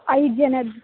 ಐದು ಜನದು